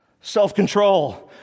Self-control